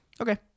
okay